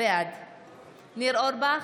בעד ניר אורבך,